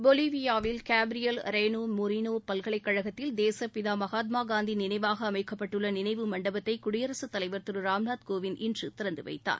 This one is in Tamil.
பொலிவியாவில் கேபிரியல் ரேளே மொரினோ பல்கலைக்கழகத்தில் தேசப்பிதா மகாத்மா காந்தி நினைவாக அமைக்கப்பட்டுள்ள நினைவு மண்டபத்தை குடியரசு தலைவர் திரு ராம்நாத் கோவிந்த் இன்று திறந்து வைத்தார்